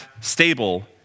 stable